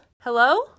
Hello